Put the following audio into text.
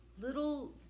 little